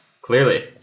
Clearly